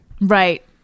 Right